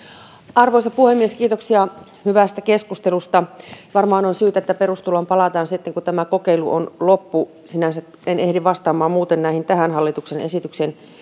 arvoisa puhemies kiitoksia hyvästä keskustelusta varmaan on syytä että perustuloon palataan sitten kun kokeilu on loppu sinänsä en ehdi vastaamaan muuten kuin tähän hallituksen esitykseen